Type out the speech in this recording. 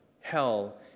hell